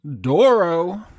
Doro